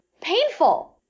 painful